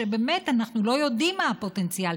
ובאמת אנחנו לא יודעים מה הפוטנציאל,